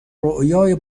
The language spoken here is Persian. رویای